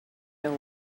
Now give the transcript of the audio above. know